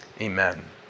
amen